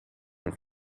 nog